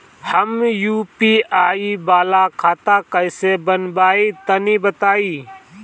हम यू.पी.आई वाला खाता कइसे बनवाई तनि बताई?